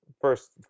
first